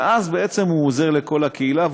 ואז, בעצם, הוא עוזר לכל הקהילה.